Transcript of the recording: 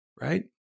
right